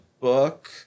book